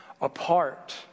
apart